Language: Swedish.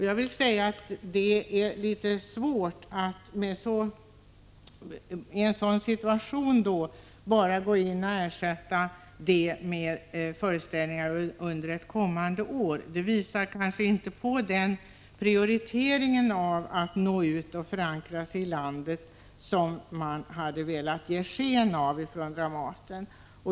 Jag vill säga att det är litet svårt att i en sådan situation acceptera ersättning i form av föreställningar under ett kommande år. Ett sådant erbjudande visar kanske inte på den prioritering av att nå ut och förankra sig i landet som man hade velat ge sken av från Dramaten.